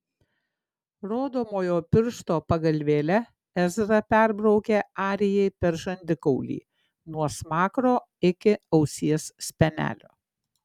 rodomojo piršto pagalvėle ezra perbraukė arijai per žandikaulį nuo smakro iki ausies spenelio